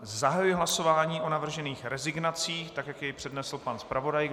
Zahajuji hlasování o navržených rezignacích, tak jak je přednesl pan zpravodaj.